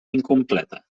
incompleta